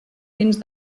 dins